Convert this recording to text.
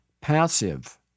passive